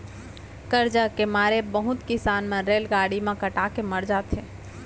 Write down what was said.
करजा के मारे बहुत किसान मन रेलगाड़ी म कटा के मर जाथें